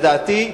לדעתי,